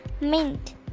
Mint